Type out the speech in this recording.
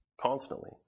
Constantly